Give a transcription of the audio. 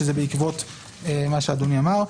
שזה בעקבות מה שאדוני אמר,